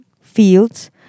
fields